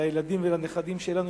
לילדים ולנכדים שלנו,